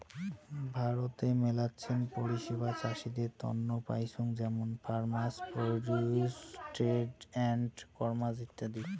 ভারতে মেলাছেন পরিষেবা চাষীদের তন্ন পাইচুঙ যেমন farmer produce trade and commerce ইত্যাদি